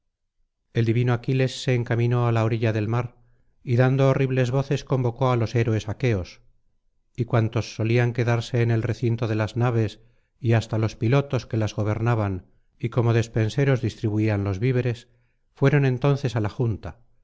el divino aquiles se encaminó á la orilla del mar y dando horribles voces convocó á los héroes aqueos y cuantos solían quedarse en el recinto délas naves y hasta los pilotos que las gobernaban y como despenseros distribuían los víveres fueron entonces á la junta